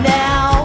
now